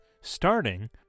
Starting